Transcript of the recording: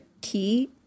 key